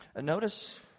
Notice